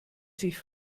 sich